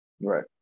Right